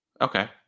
Okay